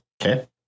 Okay